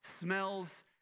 smells